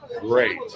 great